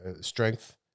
strength